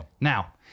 Now